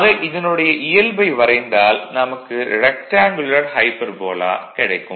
ஆக இதனுடைய இயல்பை வரைந்தால் நமக்கு ரெக்டேங்குலர் ஹைபர்போலா கிடைக்கும்